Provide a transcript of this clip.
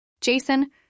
Jason